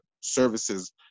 services